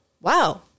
wow